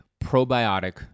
probiotic